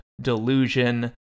delusion